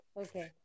Okay